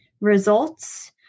results